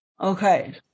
Okay